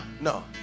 no